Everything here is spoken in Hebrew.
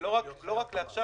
ולא רק לעכשיו,